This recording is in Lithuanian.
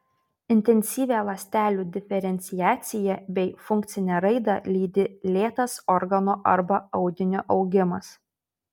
intensyvią ląstelių diferenciaciją bei funkcinę raidą lydi lėtas organo arba audinio augimas